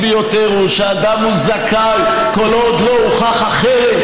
ביותר הוא שאדם זכאי כל עוד לא הוכח אחרת.